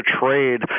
trade